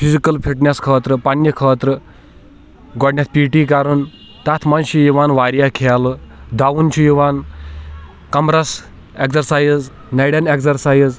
physical fitness خٲطرٕ پَننہِ خٲطرٕ گۄڈٕنٮ۪تھ پی ٹی کَرُن تَتھ منٛز چھِ یِوان واریاہ کھیلہٕ دَوُن چھ یِوان کَمرَس ایٚکزَرسایِز نَرٮ۪ن ایٚکزَرسایِز